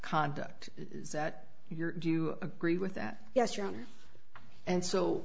conduct is that your do you agree with that yes your honor and so